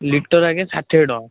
litre ଆଜ୍ଞା ଷାଠିଏ ଟଙ୍କା